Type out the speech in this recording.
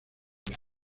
ella